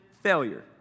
failure